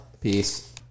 Peace